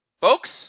folks